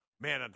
man